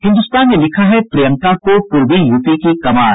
हिन्दुस्तान ने लिखा है प्रियंका को पूर्वी यूपी की कमान